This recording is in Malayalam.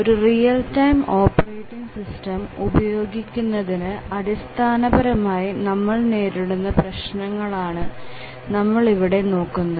ഒരു റിയൽ ടൈം ഓപ്പറേറ്റിങ് സിസ്റ്റം ഉപയോഗിക്കുന്നതിന് അടിസ്ഥാന പരമായി നമ്മൾ നേരിടുന്ന പ്രശ്നങ്ങൾ ആണ് നമ്മൾ ഇവിടെ നോക്കുന്നത്